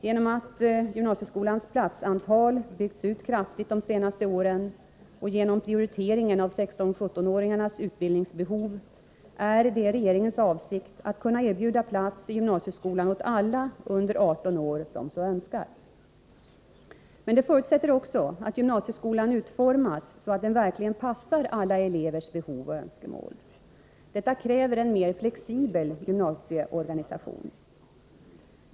Genom att gymnasieskolans platsantal ökats kraftigt de senaste åren och genom prioriteringen av 16 och 17-åringarnas utbildningsbehov är det regeringens avsikt att kunna erbjuda plats i gymnasieskolan åt alla under 18 år som så önskar. Men det förutsätter också att gymnasieskolan utformas så att den verkligen passar alla elevers behov och önskemål. Detta kräver en mer flexibel gymnasieorganisation.